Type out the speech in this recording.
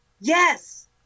yes